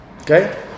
okay